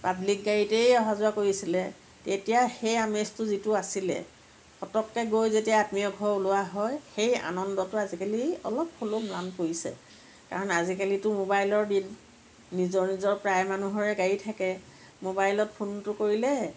public গাড়ীতেই অহা যোৱা কৰিছিলে তেতিয়া সেই আমেজটো যিটো আছিলে পতককৈ গৈ যেতিয়া আত্মীয় ঘৰ ওলোৱা হয় সেই আনন্দটো আজিকালি অলপ হ'লেও ম্লান পৰিছে কাৰণ আজিকালিতো মোবাইলৰ দিন নিজৰ নিজৰ প্ৰায় মানুহৰে গাড়ী থাকে মোবাইলত ফোনটো কৰিলে